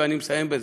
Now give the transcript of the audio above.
ואני מסיים בזה: